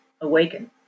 awaken